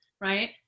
right